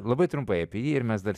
labai trumpai apie jį ir mes dar